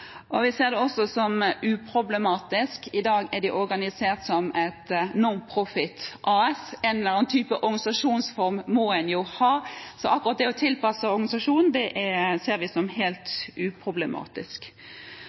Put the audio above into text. Vi ser det også som uproblematisk at de i dag er organisert som et non-profit AS. En eller annen type organisasjonsform må en jo ha, så akkurat det å tilpasse organisasjonen ser vi altså som helt uproblematisk.